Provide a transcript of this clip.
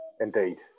Indeed